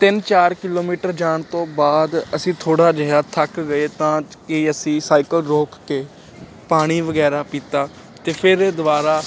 ਤਿੰਨ ਚਾਰ ਕਿਲੋਮੀਟਰ ਜਾਣ ਤੋਂ ਬਾਅਦ ਅਸੀਂ ਥੋੜ੍ਹਾ ਜਿਹਾ ਥੱਕ ਗਏ ਤਾਂ ਕਿ ਅਸੀਂ ਸਾਈਕਲ ਰੋਕ ਕੇ ਪਾਣੀ ਵਗੈਰਾ ਪੀਤਾ ਅਤੇ ਫਿਰ ਦੁਬਾਰਾ